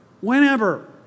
whenever